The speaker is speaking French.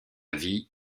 vie